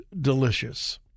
delicious